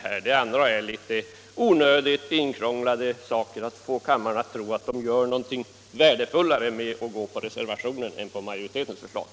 Man gör här en del tillkrånglade försök att få kammarens ledamöter att tro att de gör någonting värdefullare om de följer reservationen i stället för majoritetsförslaget.